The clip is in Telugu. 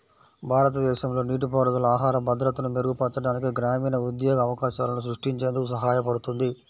భారతదేశంలో నీటిపారుదల ఆహార భద్రతను మెరుగుపరచడానికి, గ్రామీణ ఉద్యోగ అవకాశాలను సృష్టించేందుకు సహాయపడుతుంది